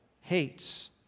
hates